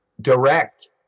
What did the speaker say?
direct